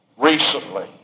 Recently